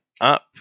up